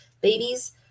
babies